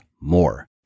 more